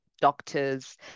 doctors